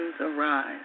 arise